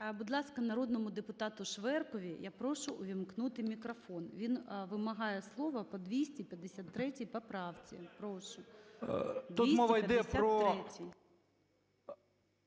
Будь ласка, народному депутату Шверкові я прошу увімкнути мікрофон. Він вимагає слова по 253 поправці. Прошу. 13:57:42 ШВЕРК Г.А.